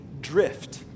drift